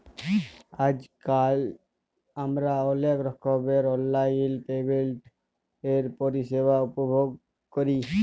আইজকাল আমরা অলেক রকমের অললাইল পেমেল্টের পরিষেবা উপভগ ক্যরি